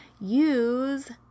use